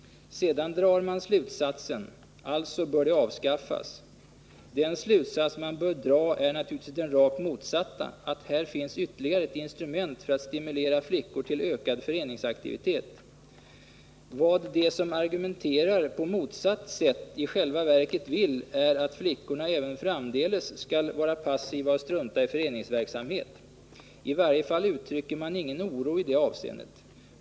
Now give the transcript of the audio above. Sedan drar man slutsatsen: alltså bör det avskaffas. Den slutsats man bör dra är naturligtvis den rakt motsatta, att här finns ytterligare ett instrument för att stimulera flickor till ökad föreningsaktivitet. Vad de som argumenterar på motsatt sätt i själva verket vill är att flickorna även framdeles skall vara passiva och strunta i föreningsverksamhet. I varje fall uttrycker man ingen oro i det avseendet.